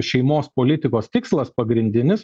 šeimos politikos tikslas pagrindinis